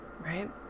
Right